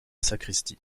sacristie